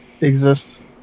exists